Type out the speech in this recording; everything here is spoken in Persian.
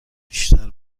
بیشتر